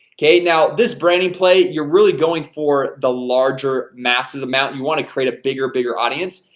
okay? now this branding play you're really going for the larger masses amount. you want to create a bigger bigger audience?